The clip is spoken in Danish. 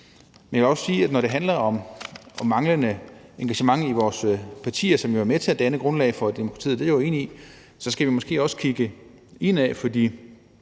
Men jeg vil også sige, at når det handler om manglende engagement i vores partier, som jo er med til at danne grundlag for demokratiet – det er jeg enig i – skal vi måske også kigge indad.